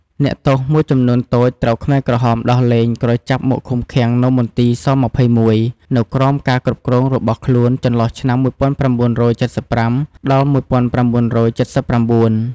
អ្នកទោសមួយចំនួនតូចត្រូវខ្មែរក្រហមដោះលែងក្រោយចាប់មកឃុំឃាំងនៅមន្ទីរស-២១ នៅក្រោមការគ្រប់គ្រងរបស់ខ្លួនចន្លោះឆ្នាំ១៩៧៥-១៩៧៩។